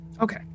okay